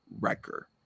wrecker